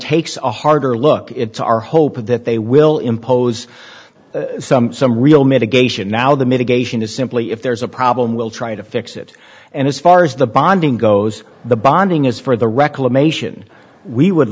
takes a harder look it's our hope that they will impose some real mitigation now the mitigation is simply if there's a problem we'll try to fix it and as far as the bonding goes the bonding is for the reclamation we would